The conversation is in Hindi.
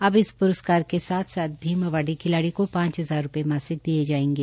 अब इस प्रस्कार के साथ साथ भीम अवॉर्डी खिलाड़ी को पांच हजार रुपये मासिक दिए जाएंगे